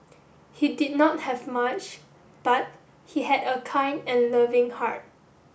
he did not have much but he had a kind and loving heart